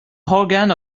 organ